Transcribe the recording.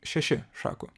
šeši šaku